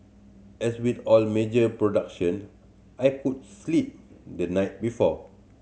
as with all major production I could sleep the night before